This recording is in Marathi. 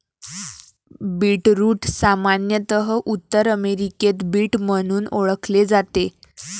बीटरूट सामान्यत उत्तर अमेरिकेत बीट म्हणून ओळखले जाते